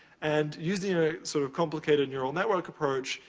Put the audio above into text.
and using a sort of complicated neuro-network approach,